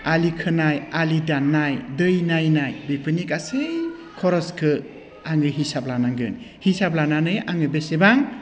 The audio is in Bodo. आलि खोनाय आलि दाननाय दै नायनाय बिफोरनि गासै खरसखौ आंनो हिसाबै लानांगोन हिसाब लानानै आङो बेसेबां